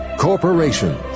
Corporations